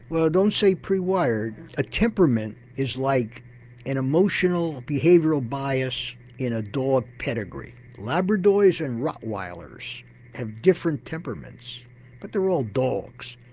well don't say pre-wired. a temperament is like an emotional behavioural bias in a dog pedigree. labradors and rottweilers have different temperaments but they're all dogs.